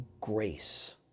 grace